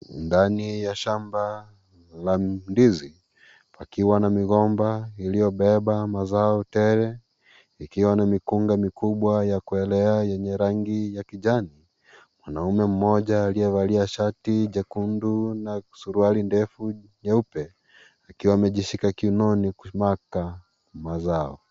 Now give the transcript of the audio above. Ndani la shamba la ndizi pakiwa na migomba iliyo beba mazao tele ikiwa na mikunga mikubwa ya kuelea yenye rangi ya kijani mwanaume mmoja aliyevalia shati jekundu na suruali ndefu nyeupe akiwa amejishika kiunoni kumaka mazao.